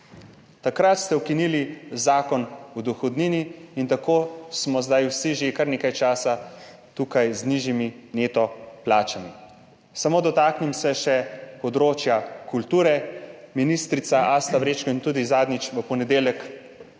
Takrat ste ukinili Zakon o dohodnini in tako smo zdaj vsi že kar nekaj časa tukaj, z nižjimi neto plačami. Samo dotaknem se še področja kulture. Ministrica Asta Vrečko, in tudi zadnjič, v ponedeljek,